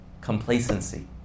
complacency